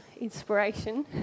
inspiration